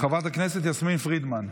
חברת הכנסת יסמין פרידמן.